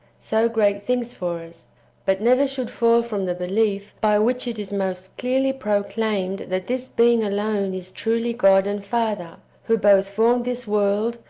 so great things for us but never should fall from the belief by which it is most clearly proclaimed that this being alone is truly god and father, who both formed this world,